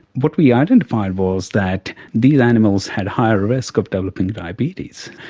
what we identified was that these animals had higher risk of developing diabetes.